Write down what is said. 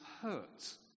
hurt